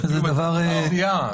ואפילו באותה סיעה.